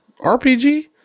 RPG